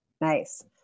Nice